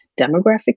demographic